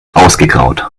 ausgegraut